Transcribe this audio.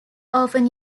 often